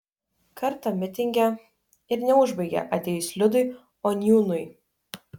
kartą mitinge ir neužbaigė atėjus liudui oniūnui